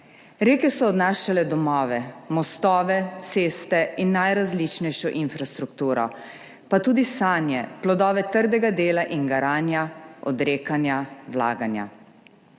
Reke so odnašale domove, mostove, ceste in najrazličnejšo infrastrukturo pa tudi sanje, plodove trdega dela in garanja, odrekanja, vlaganja.